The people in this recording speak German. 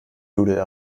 doodle